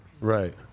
Right